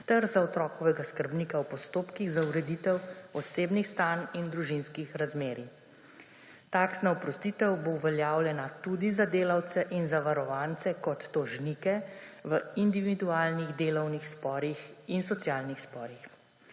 ter za otrokovega skrbnika v postopkih za ureditev osebnih stanj in družinskih razmerij. Taksna oprostitev bo uveljavljena tudi za delavce in zavarovance kot tožnike v individualnih delovnih sporih in socialnih sporih.